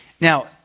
Now